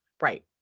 Right